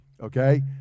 okay